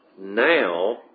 now